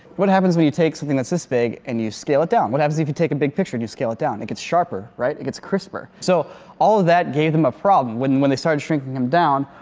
what happens when you take something that's this big and you scale it down? what happens if you take a big picture and you scale it down? it gets sharper right, it gets crisper so all of that gave them a problem. when when they started shrinking him down,